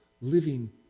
living